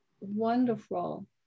wonderful